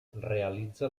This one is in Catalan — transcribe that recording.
realitza